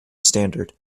standard